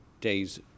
days